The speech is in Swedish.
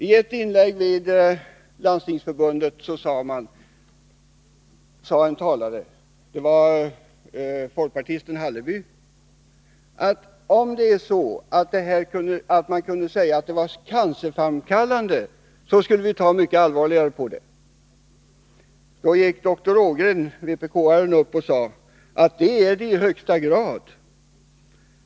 I ett inlägg vid Landstingsförbundets kongress sade en talare, folkpartisten Nils Hallerby, att om det var så att man kunde säga att alkohol är cancerframkallande, skulle vi se mycket allvarligare på den. Då gick dr Gunnar Ågren, vpk, upp och sade att det är den i högsta grad.